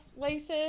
laces